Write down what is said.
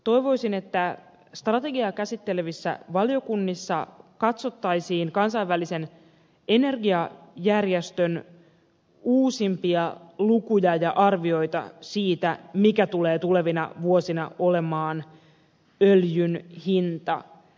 toivoisin että strategiaa käsittelevissä valiokunnissa katsottaisiin kansainvälisen energiajärjestön uusimpia lukuja ja arvioita siitä mikä tulee tulevina vuosina olemaan öljyn hinta